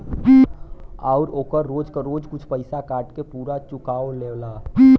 आउर ओकर रोज क रोज कुछ पइसा काट के पुरा चुकाओ लेवला